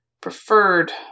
preferred